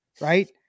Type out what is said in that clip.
right